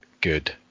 good